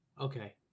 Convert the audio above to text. okay